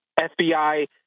FBI